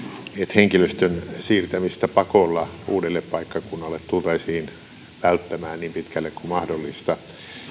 henkilöstön siirtämistä pakolla uudelle paikkakunnalle tultaisiin välttämään niin pitkälle kuin mahdollista